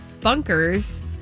bunkers